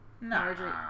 no